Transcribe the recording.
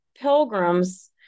pilgrims